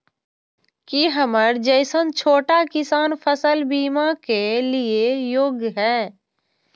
की हमर जैसन छोटा किसान फसल बीमा के लिये योग्य हय?